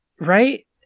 Right